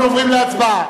אנחנו עוברים להצבעה.